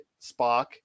Spock